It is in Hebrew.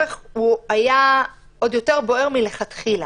הצורך היה עוד יותר בוער מלכתחילה,